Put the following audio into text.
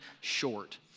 short